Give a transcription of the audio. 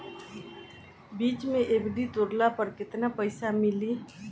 बीच मे एफ.डी तुड़ला पर केतना पईसा मिली?